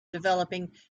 developing